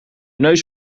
neus